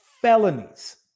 felonies